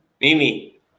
Mimi